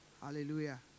Hallelujah